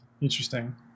Interesting